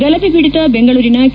ಗಲಭೆಪೀಡಿತ ಬೆಂಗಳೂರಿನ ಕೆ